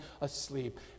asleep